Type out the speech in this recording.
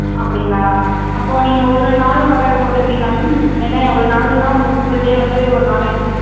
அப்படிங்களா அப்போ நீங்கள் ஒரு நாள் வாடகை போட்டுக்குறிங்களா மேம் ஏன்னா ஒரு நாள்னா உங்களுக்கு ஃபுல் டே வந்து ஒரு நாளைக்கு